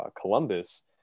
Columbus